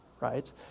right